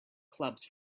clubs